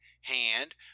hand